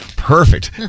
Perfect